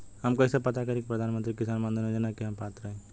हम कइसे पता करी कि प्रधान मंत्री किसान मानधन योजना के हम पात्र हई?